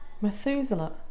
Methuselah